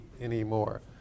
anymore